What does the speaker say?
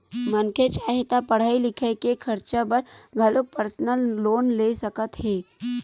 मनखे चाहे ता पड़हई लिखई के खरचा बर घलो परसनल लोन ले सकत हे